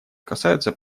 касаются